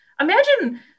imagine